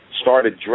started